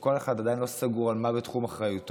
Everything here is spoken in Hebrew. שכל אחד מהם עדיין לא סגור מה בתחום אחריותו.